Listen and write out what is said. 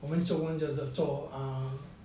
我们中文的做啊